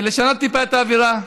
לשנות טיפה את האווירה.